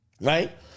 Right